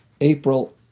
April